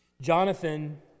Jonathan